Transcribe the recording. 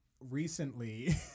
Recently